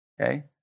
Okay